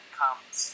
comes